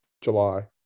July